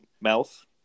mouth